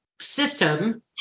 system